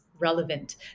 Relevant